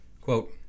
Quote